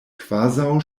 kvazaŭ